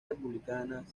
republicanas